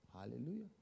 Hallelujah